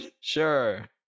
Sure